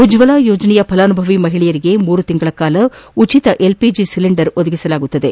ಉಜ್ವಲ ಯೋಜನೆಯ ಫಲಾನುಭವಿ ಮಹಿಳೆಯರಿಗೆ ಮೂರು ತಿಂಗಳ ಕಾಲ ಉಚಿತ ಅದುಗೆ ಅನಿಲ ಸಿಲಿಂಡರ್ ನೀಡಲಾಗುವುದು